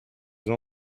vous